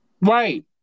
Right